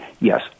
Yes